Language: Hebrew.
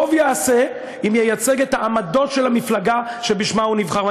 טוב יעשה אם ייצג את העמדות של המפלגה שבשמה הוא נבחר.